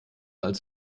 als